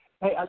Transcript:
Hey